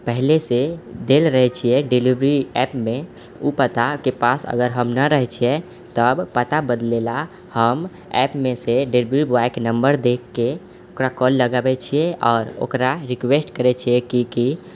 पहिले सँ देल रहै छियै डिलीवरी एप्पमे ओ पताके पास अगर हम नहि रहै छियै तब पता बदले लए हम एप्पमे सँ डिलीवरी बॉयके नम्बर देखके कॉल लगबै छियै आओर ओकरा रिक्वेस्ट करै छियै की